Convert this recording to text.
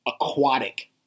aquatic